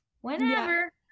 whenever